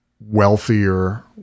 wealthier